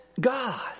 God